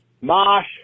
Mosh